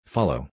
Follow